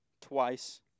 twice